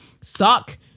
suck